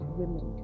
women